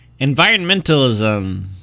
Environmentalism